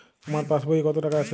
আমার পাসবই এ কত টাকা আছে?